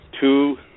two